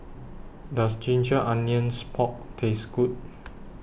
Does Ginger Onions Pork Taste Good